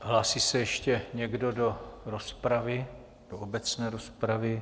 Hlásí se ještě někdo do rozpravy, do obecné rozpravy?